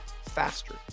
faster